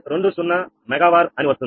20 megawatt అని వస్తుంది